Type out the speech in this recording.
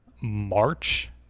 March